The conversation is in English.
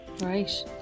Right